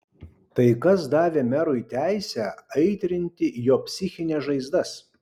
tai kas davė merui teisę aitrinti jo psichines žaizdas